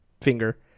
finger